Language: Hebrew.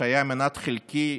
שהיה מנת חלקי